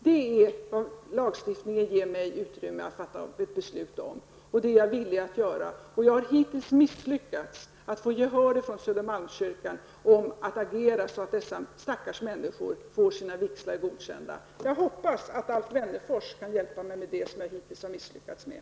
Det är det utrymme som lagstiftningen ger mig när det gäller att fatta beslut här. Men jag har hittills misslyckats när det gäller att få gehör från Södermalmskyrkan. Det gäller ju att agera så, att dessa stackars människor får sina vigslar godkända. Jag hoppas alltså att Alf Wennerfors kan hjälpa mig med det som jag hittills har misslyckats med.